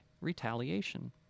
retaliation